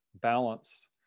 balance